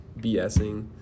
BSing